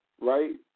right